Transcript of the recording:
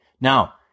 Now